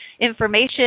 information